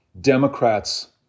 Democrats